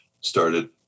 started